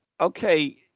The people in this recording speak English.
okay